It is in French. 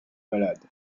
malade